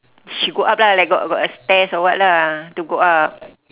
she go up lah like got got stairs or what lah to go up